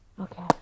okay